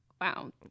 Wow